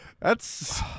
That's-